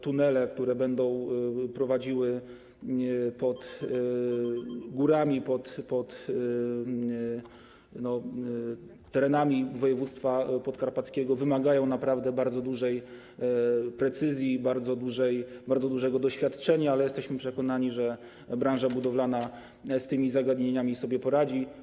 Tunele, które będą prowadziły pod górami, pod terenami województwa podkarpackiego, wymagają naprawdę bardzo dużej precyzji i bardzo dużego doświadczenia, ale jesteśmy przekonani, że branża budowlana z tymi zagadnieniami sobie poradzi.